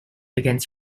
against